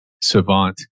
savant